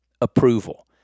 approval